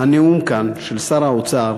הנאום כאן של שר האוצר,